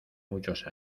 muchos